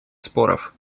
споров